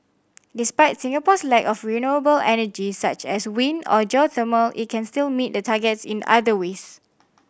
despite Singapore's lack of renewable energy such as wind or geothermal it can still meet the targets in other ways